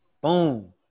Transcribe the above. Boom